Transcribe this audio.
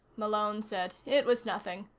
malone said. it was nothing.